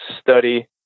study